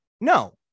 no